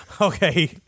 Okay